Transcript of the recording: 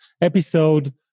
episode